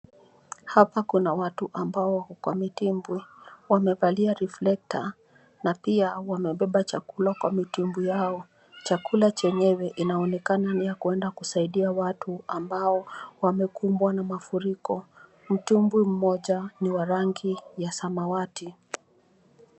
Hapa kuna watu ambao wamedimbwi wamevalia reflector na pia wamebeba chakula kwa mitumbwi yao. Chakula chenyewe inaonekana ni ya kwenda kusaidia watu ambao wamekumbwa na mafuriko. Mtumbwi mmoja ni wa rangi ya samawati.